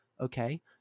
okay